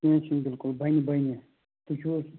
کیٚنٛہہ چھُنہٕ بلکُل بَنہِ بَنہِ تُہۍ چھُو حظ